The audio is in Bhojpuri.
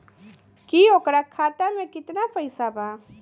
की ओकरा खाता मे कितना पैसा बा?